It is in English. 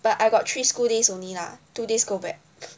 but I got three school days only lah two days go back